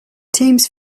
teams